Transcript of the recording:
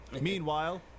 Meanwhile